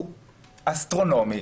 הוא אסטרונומי.